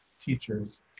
teachers